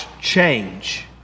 change